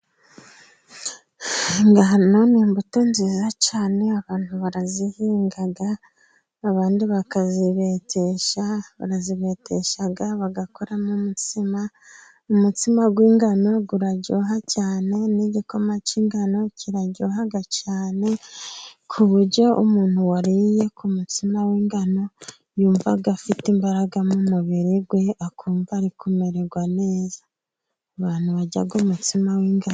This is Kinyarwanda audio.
Ingano ni imbuto nziza cyane abantu barazihinga abandi bakazibetesha barazibetesha bagakoramo umutsima umutsima w'ingano uraryoha cyane n'igikoma cy'ingano kiraryoha cyane ku buryo umuntu wariye ku mutsima w'ingano yumva afite imbaraga mu mubiri we akumva ari kumererwa neza. Abantu baryaga umutsima w'ingano.